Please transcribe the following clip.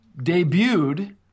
debuted